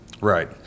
right